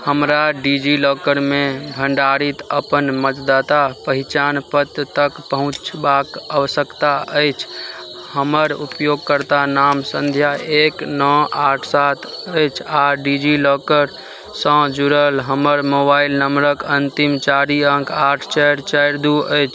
हमरा डिजिलॉकरमे भण्डारित अपन मतदाता पहचान पत्र तक पहुँचबाक आवश्यकता अछि हमर उपयोगकर्ता नाम संध्या एक नओ आठ सात अछि आओर डिजिलॉकरसँ जुड़ल हमर मोबाइल नंबरक अन्तिम चारि अङ्क आठ चारि चारि दू अछि